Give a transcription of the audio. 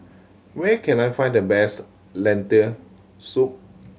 where can I find the best Lentil Soup